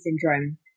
syndrome